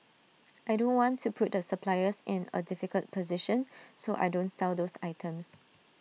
I don't want to put the suppliers in A difficult position so I don't sell those items